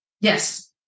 Yes